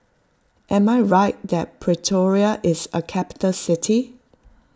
am I right that Pretoria is a capital city